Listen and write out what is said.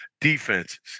defenses